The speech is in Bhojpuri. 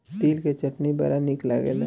तिल के चटनी बड़ा निक लागेला